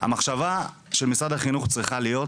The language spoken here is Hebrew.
המחשבה של משרד החינוך צריכה להיות,